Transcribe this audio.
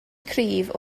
cryf